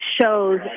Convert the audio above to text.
shows